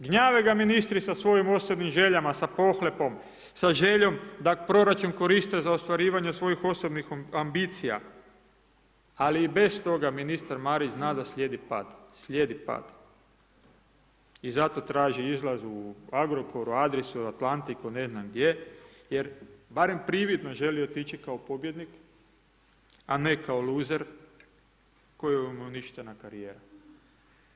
Gnjave ga ministri sa svojim osobnim željama, sa pohlepom, sa željom da proračun koriste za ostvarivanje svojih osobnih ambicija, ali i bez toga ministar Marić zna da slijedi pad i zato traži izlaz u Agrokoru, Adrisu, Atlantiku, ne znam gdje, jer bar prividno želi otići kao pobjednik, a ne kao luzer kojemu je uništena karijera.